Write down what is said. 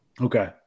Okay